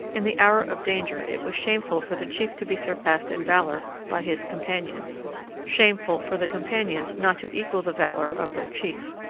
in the hour of danger it was shameful for the chief to be surpassed in valor by his companions shameful for the companions not to equal the valor of their chief.